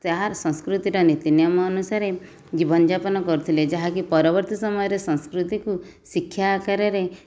ତାହା ସଂସ୍କୃତିଟା ନିତିନିୟମ ଅନୁସାରେ ଜୀବନଯାପନ କରୁଥିଲେ ଯାହାକି ପରବର୍ତ୍ତୀ ସମୟରେ ସଂସ୍କୃତିକୁ ଶିକ୍ଷା ଆକାରରେ